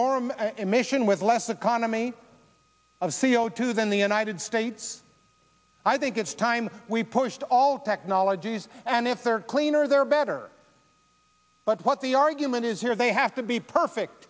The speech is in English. an emission with less economy of c o two than the united states i think it's time we pushed all technologies and if they're cleaner they're better but what the argument is here is they have to be perfect